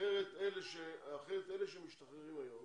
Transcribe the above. אחרת אלה שמשתחררים היום